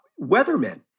weathermen